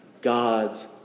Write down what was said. God's